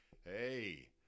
hey